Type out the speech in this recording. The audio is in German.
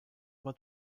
aber